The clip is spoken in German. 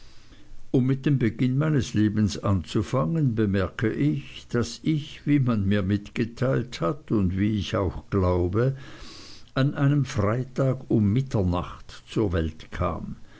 um mit dem beginn meines lebens anzufangen bemerke ich daß ich wie man mir mitgeteilt hat und wie ich auch glaube an einem freitag um mitternacht zur welt kam